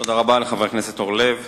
תודה רבה לחבר הכנסת אורלב.